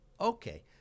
Okay